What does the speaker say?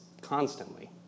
constantly